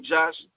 Josh